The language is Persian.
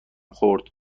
خورد